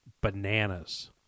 bananas